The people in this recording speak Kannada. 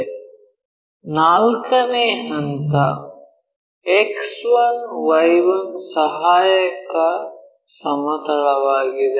4 ನೇ ಹಂತ X1 Y1 ಸಹಾಯಕ ಸಮತಲವಾಗಿದೆ